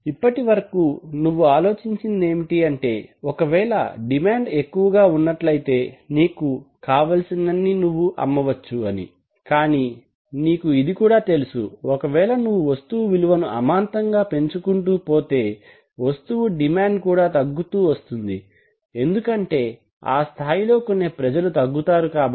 ఇప్పటి వరకు నువ్వు ఆలోచించేదేమిటి అంటే ఒకవేళ డిమాండ్ ఎక్కువగా ఉన్నట్లైతే నీకు కావలసినన్ని నువ్వు అమ్మవచ్చు అని కానీ నీకు ఇది కూడా తెలుసు ఒకవేళ నువ్ వస్తువు విలువను అమాంతంగా పెంచుకుంటూ పోతే వస్తువు డిమాండ్ కూడా తగ్గుతూ వస్తుంది యెందుకంటే ఆ స్తాయిలో కొనే ప్రజలు తగ్గుతారు కాబట్టి